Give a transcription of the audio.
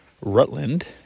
Rutland